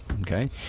Okay